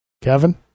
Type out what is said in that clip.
Kevin